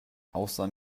austern